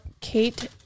Kate